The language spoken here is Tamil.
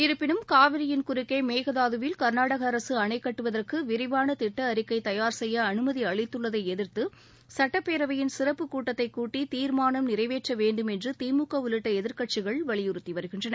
இருப்பினும் காவிரியின் குறுக்கே மேகதாதுவில் கள்நாடக அரசு அணை கட்டுவதற்கு விரிவான திட்ட அறிக்கை தயார் செய்ய அனுமதி அளித்துள்ளதை எதிர்த்து சட்டப்பேரவையின் சிறப்பு கூட்டத்தை கூட்டி தீர்மானம் நிறைவேற்ற வேண்டும் என்று திமுக உள்ளிட்ட எதிர்க்கட்சிகள் வலியுறுத்தி வருகின்றன